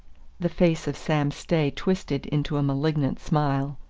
the face of sam stay twisted into a malignant smile.